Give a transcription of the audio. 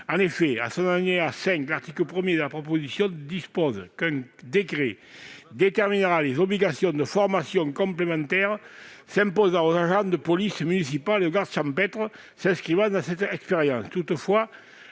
En effet, à l'alinéa 5, l'article 1 de la proposition de loi prévoit qu'un décret déterminera les obligations de formation complémentaire s'imposant aux agents de police municipale et aux gardes champêtres s'inscrivant dans cette expérience.